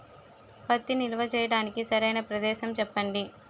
పత్తి నిల్వ చేయటానికి సరైన ప్రదేశం చెప్పండి?